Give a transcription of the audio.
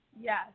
Yes